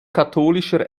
katholischer